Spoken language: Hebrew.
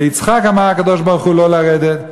ליצחק אמר הקדוש-ברוך-הוא לא לרדת,